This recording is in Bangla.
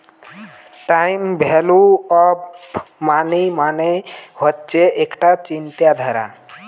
টাইম ভ্যালু অফ মানি মানে হচ্ছে একটা চিন্তাধারা